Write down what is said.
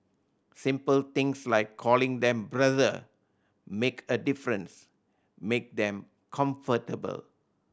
simple things like calling them brother make a difference make them comfortable